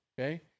okay